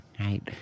Right